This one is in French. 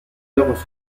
œuvres